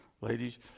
ladies